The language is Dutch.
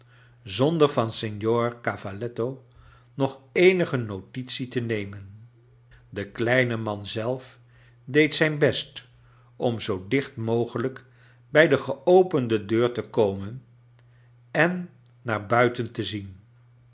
zonder van signor cavalletto nog eenige notitie te nemen de kleine man zelf deed zijn best om zoo dicht mogelijk bij de geopende deur te komen en naar buiten te zien